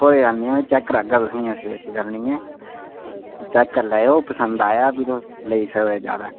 कोई गल्ल नीं चैक करागा तुसें गी ऐसी वैसी गल्ल नीं ऐ चैक करी लैओ पसंद आग ते तुस लेई सकदेओ जैदा